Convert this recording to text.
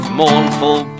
mournful